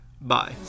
Bye